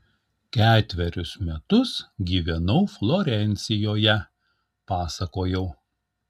ketverius metus gyvenau florencijoje pasakojau